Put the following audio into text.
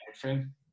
frame